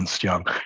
Young